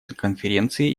конференции